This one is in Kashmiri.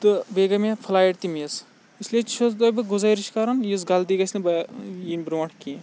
تہٕ بیٚیہِ گٔیہِ مےٚ فُلایِٹ تہِ مِس اِسلیے چھُس بہٕ تۅہہِ بہٕ گُذٲرٕش کَران یِژھ غلطی گَژھِ نہٕ بایا یِنۍ برٛونٛٹھ کیٚنٛہہ